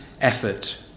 effort